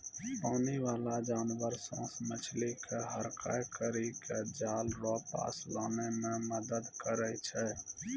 पानी बाला जानवर सोस मछली के हड़काय करी के जाल रो पास लानै मे मदद करै छै